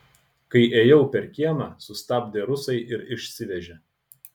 kai ėjau per kiemą sustabdė rusai ir išsivežė